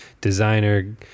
designer